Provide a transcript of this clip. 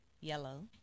Yellow